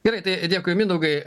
gerai tai dėkui mindaugai